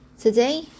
today